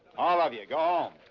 all of you, go